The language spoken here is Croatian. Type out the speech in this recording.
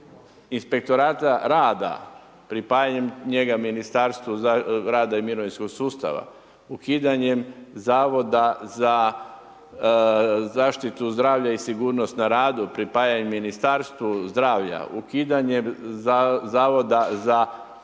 Inspektorata rada, pripajanjem njega Ministarstvu rada i mirovinskog sustava, ukidanjem Zavoda za zaštitu zdravlja i sigurnost na radu, pripajanjem Ministarstvu zdravlja, ukidanjem Zavoda za